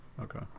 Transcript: Okay